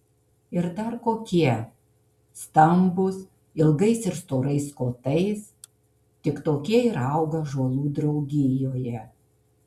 ir dar kokie stambūs ilgais ir storais kotais tik tokie ir auga ąžuolų draugijoje